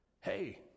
hey